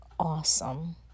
awesome